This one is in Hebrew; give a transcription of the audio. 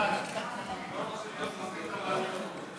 ההצעה להעביר את הצעת חוק לשמירת בטיחות מעליות,